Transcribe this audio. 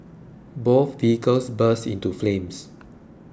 both vehicles burst into flames